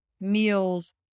meals